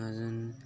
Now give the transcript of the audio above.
अजून